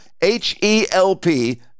H-E-L-P